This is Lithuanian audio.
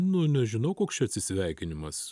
nu nežinau koks čia atsisveikinimas